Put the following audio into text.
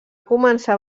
començar